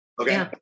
okay